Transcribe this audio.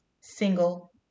single